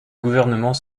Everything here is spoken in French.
gouvernement